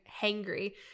hangry